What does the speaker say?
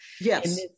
Yes